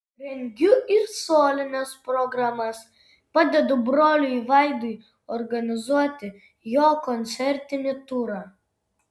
rengiu ir solines programas padedu broliui vaidui organizuoti jo koncertinį turą